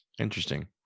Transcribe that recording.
interesting